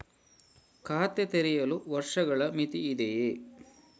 ಖಾತೆ ತೆರೆಯಲು ವರ್ಷಗಳ ಮಿತಿ ಇದೆಯೇ?